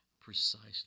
precisely